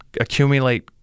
accumulate